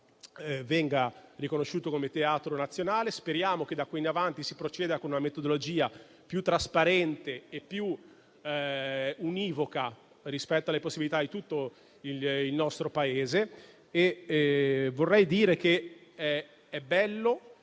di Vicenza come teatro nazionale. Speriamo che da qui in avanti si proceda con una metodologia più trasparente e più univoca rispetto alle possibilità di tutto il nostro Paese. È bello